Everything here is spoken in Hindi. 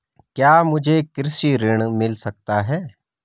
क्या मुझे कृषि ऋण मिल सकता है?